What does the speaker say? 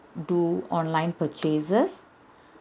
do online purchases